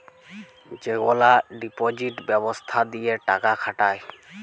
যেগলা ডিপজিট ব্যবস্থা দিঁয়ে টাকা খাটায়